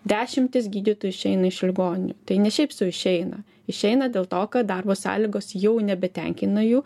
dešimtys gydytojų išeina iš ligoninių tai ne šiaip sau išeina išeina dėl to kad darbo sąlygos jau nebetenkina jų